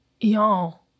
y'all